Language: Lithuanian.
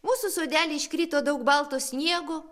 mūsų sodely iškrito daug balto sniego